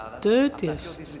dirtiest